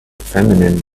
feminine